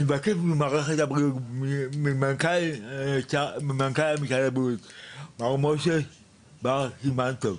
אני מבקש ממנכ"ל משרד הבריאות מר משה בר סימן טוב: